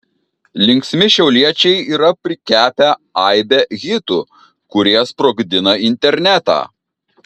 linksmi šiauliečiai yra prikepę aibę hitų kurie sprogdina internetą